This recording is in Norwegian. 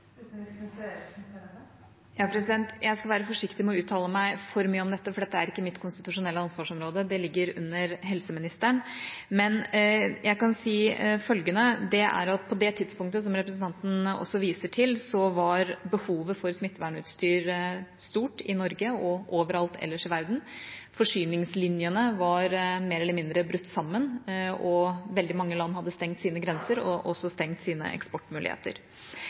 Jeg skal være forsiktig med å uttale meg for mye om dette, for det er ikke mitt konstitusjonelle ansvarsområde, det ligger under helseministeren, men jeg kan si følgende: På det tidspunktet, som også representanten viser til, var behovet for smittevernutstyr stort i Norge og overalt ellers i verden. Forsyningslinjene var mer eller mindre brutt sammen, og veldig mange land hadde stengt sine grenser og også stengt sine eksportmuligheter.